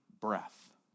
breath